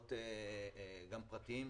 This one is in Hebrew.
מאות גם פרטיים,